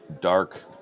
dark